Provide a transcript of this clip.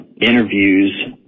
interviews